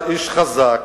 אתה איש חזק,